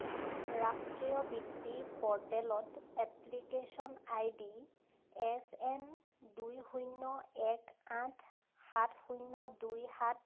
ৰাষ্ট্ৰীয় বৃত্তি প'ৰ্টেলত এপ্লিকেশ্য়ন আইডি এছএন দুই শূন্য় এক আঠ সাত শূন্য় দুই সাত